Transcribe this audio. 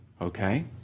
Okay